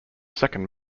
second